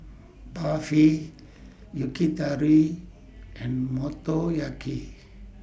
Barfi Yakitori and Motoyaki